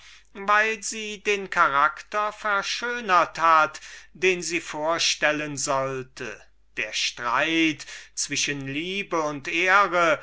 weil sie den charakter verschönert hat den sie vorstellen sollte der streit zwischen liebe und ehre